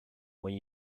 when